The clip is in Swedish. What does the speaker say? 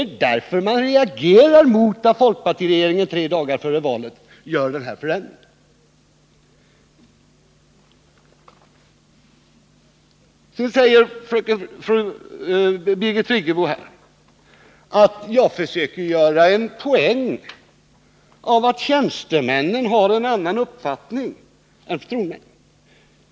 Det är därför som man har reagerat mot att folkpartiregeringen tre dagar före valet gjorde denna förändring i stadsplanen. Birgit Friggebo sade att jag försökte göra en poäng av att tjänstemännen har en annan uppfattning än förtroendemännen.